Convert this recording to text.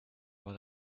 what